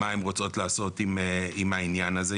מה הן רוצות לעשות עם העניין הזה,